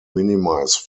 minimize